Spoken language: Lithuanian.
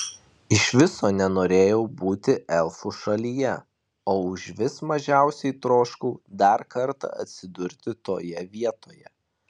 iš viso nenorėjau būti elfų šalyje o užvis mažiausiai troškau dar kartą atsidurti toje vietoje